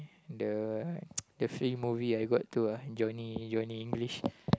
the the free movie I got to ah Johnny Johnny English